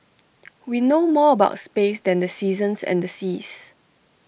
we know more about space than the seasons and the seas